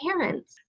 parents